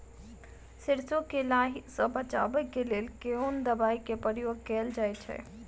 सैरसो केँ लाही सऽ बचाब केँ लेल केँ दवाई केँ प्रयोग कैल जाएँ छैय?